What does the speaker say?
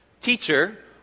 Teacher